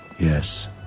Yes